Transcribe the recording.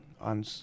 on